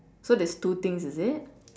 so there's two things is it